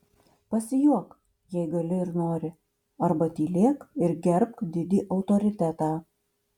pasijuok jei gali ir nori arba tylėk ir gerbk didį autoritetą